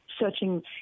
searching